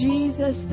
Jesus